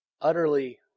utterly